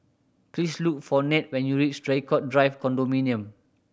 please look for Ned when you reach Draycott Drive Condominium